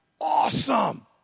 Awesome